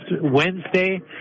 Wednesday